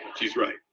she's right.